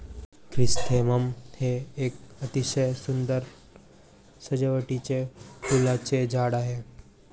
chrysanthemum हे एक अतिशय सुंदर सजावटीचे फुलांचे झाड आहे